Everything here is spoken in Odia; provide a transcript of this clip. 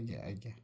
ଆଜ୍ଞା ଆଜ୍ଞା